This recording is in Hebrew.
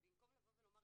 ובמקום לומר,